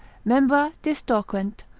membra distorquent,